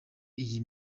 iyi